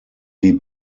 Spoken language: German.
die